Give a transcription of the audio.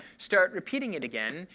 start repeating it again,